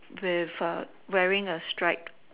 with a wearing a stripe